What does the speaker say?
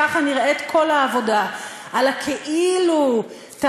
ככה נראית כל העבודה על הכאילו-תאגיד-השידור-הציבורי.